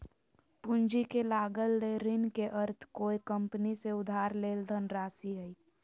पूंजी के लागत ले ऋण के अर्थ कोय कंपनी से उधार लेल धनराशि हइ